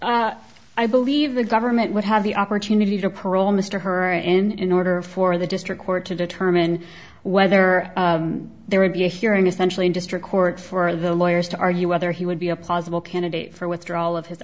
go i believe the government would have the opportunity to parole mr her in in order for the district court to determine whether there would be a hearing essentially in district court for the lawyers to argue whether he would be a possible candidate for withdrawal of his